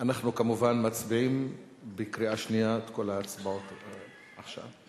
אנחנו כמובן מצביעים בקריאה שנייה את כל ההצבעות עכשיו.